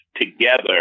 together